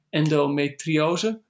endometriose